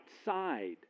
outside